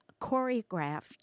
choreographed